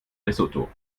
lesotho